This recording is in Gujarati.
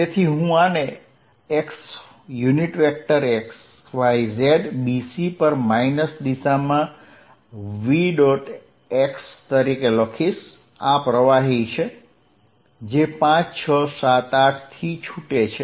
તેથી હું આને x xyz bc પર માઈનસ દિશામાં vx તરીકે લખીશ આ પ્રવાહી છે જે 5 6 7 8 થી છૂટે છે